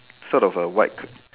sort of a white c~